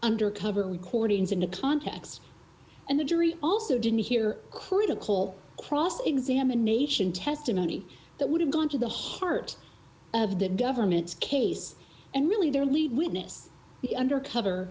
undercover recordings into context and the jury also didn't hear critical cross examination testimony that would have gone to the heart of the government's case and really their lead witness the undercover